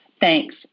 Thanks